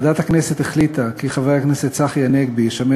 ועדת הכנסת החליטה כי חבר הכנסת צחי הנגבי ישמש